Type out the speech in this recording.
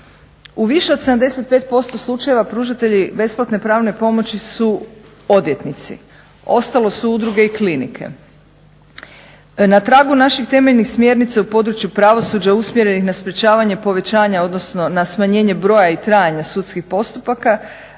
U više od 75% slučajeva pružatelji besplatne pravne pomoći su odvjetnici, ostalo su udruge i klinike. Na tragu naših temeljnih smjernica u području pravosuđa usmjerenih na sprječavanje povećanja, odnosno na smanjenje broja i trajanja sudskih postupaka